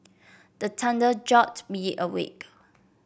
the thunder jolt me awake